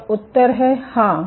और उत्तर है हाँ